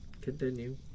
Continue